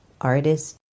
artist